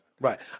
right